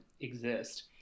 exist